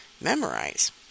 memorize